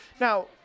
Now